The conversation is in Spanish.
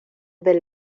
del